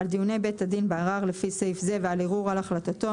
על דיוני בית הדין בערר לפי סעיף זה ועל ערעור על החלטתו